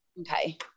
Okay